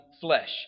flesh